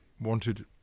wanted